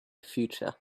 future